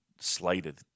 slighted